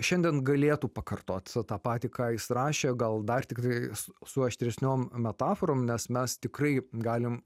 šiandien galėtų pakartot tą patį ką jis rašė gal dar tiktai su aštresniom metaforom nes mes tikrai galim